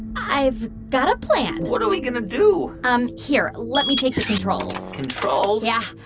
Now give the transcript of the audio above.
i've got a plan what are we going to do? um here. let me take the controls controls? yeah.